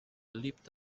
leapt